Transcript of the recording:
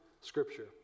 scripture